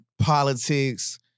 Politics